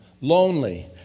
lonely